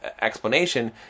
explanation